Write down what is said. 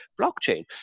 blockchain